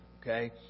Okay